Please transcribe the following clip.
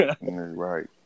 right